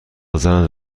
زنم